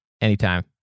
Anytime